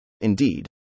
Indeed